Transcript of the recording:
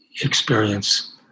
experience